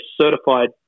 certified